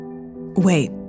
Wait